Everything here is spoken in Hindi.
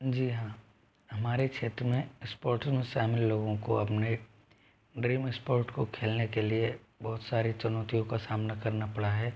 जी हाँ हमारे क्षेत्र में स्पोर्ट्स में शामिल लोगों को अपने ड्रीम स्पोर्ट को खेलने के लिए बहुत सारी चुनौतियों का सामना करना पड़ा है